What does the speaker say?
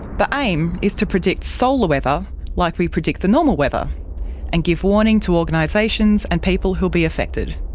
the aim is to predict solar weather like we predict the normal weather and give warning to organisations and people who will be affected.